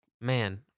man